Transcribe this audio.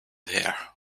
there